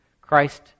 Christ